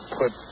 put